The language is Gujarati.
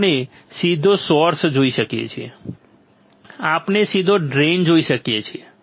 આપણે સીધો સોર્સ જોઈ શકીએ છીએ આપણે સીધો ડ્રેઇન જોઈ શકીએ છીએ